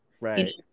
Right